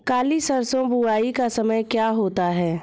काली सरसो की बुवाई का समय क्या होता है?